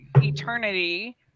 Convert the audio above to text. eternity